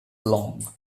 long